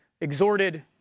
exhorted